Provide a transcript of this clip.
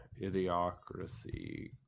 idiocracy